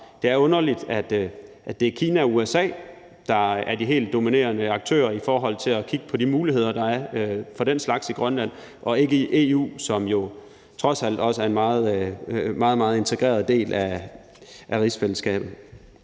Det er underligt, at det er Kina og USA, der er de helt dominerende aktører i forhold til at kigge på de muligheder, der er for den slags i Grønland, og ikke EU, som jo trods alt også er en meget, meget integreret del af rigsfællesskabet,